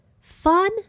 Fun